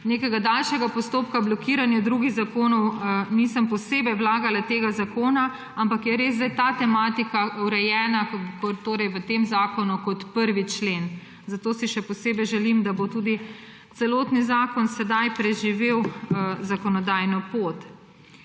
nekega daljšega postopka blokiranja drugih zakonov nisem posebej vlagala tega zakona, ampak je res sedaj ta tematika urejena v tem zakonu kot prvi člen. Zato si še posebej želim, da bo tudi celotni zakon sedaj preživel zakonodajno pot.